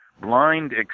blind